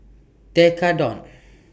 Tekkadon